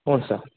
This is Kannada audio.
ಹ್ಞೂ ಸರ್